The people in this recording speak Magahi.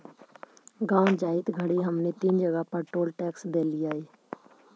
गाँव जाइत घड़ी हमनी तीन जगह पर टोल टैक्स देलिअई